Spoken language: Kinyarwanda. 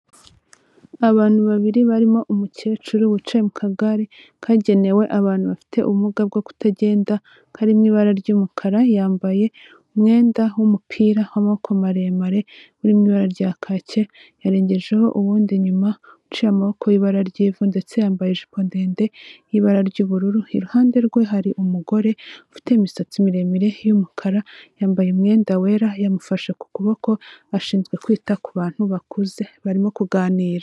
Abantu babiri barimo umukecuru wicaye mu kagare kagenewe abantu bafite ubumuga bwo kutagenda, karimo ibara ry'umukara, Yambaye umwenda w'umupira w'amako maremare uri mu ibara rya kake, yarengejeho uwundi inyuma, uciye amaboko w'ibara ry'ivu ndetse yambaye ijipo ndende y'ibara ry'ubururu. Iruhande rwe hari umugore ufite imisatsi miremire y'umukara, yambaye umwenda wera, yamufashe ku kuboko, ashinzwe kwita ku bantu bakuze, barimo kuganira.